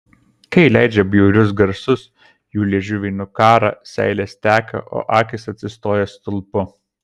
kai leidžia bjaurius garsus jų liežuviai nukąrą seilės teka o akys atsistoja stulpu